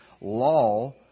law